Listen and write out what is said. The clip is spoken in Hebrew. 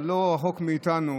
אבל לא רחוק מאיתנו